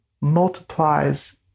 multiplies